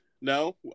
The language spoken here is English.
No